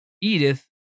Edith